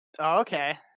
Okay